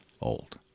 old